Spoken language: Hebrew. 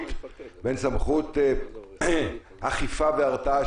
סמכות אכיפה והרתעה,